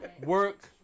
work